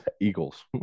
Eagles